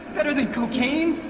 better than cocaine,